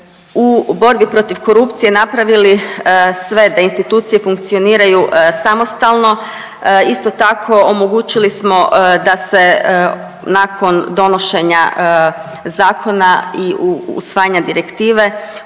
u borbi protiv korupcije napravili sve da institucije funkcioniraju samostalno, isto tako omogućili smo da se nakon donošenja zakona i usvajanja direktive